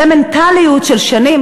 זו מנטליות של שנים,